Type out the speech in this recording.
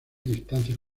distancias